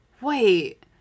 Wait